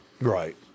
Right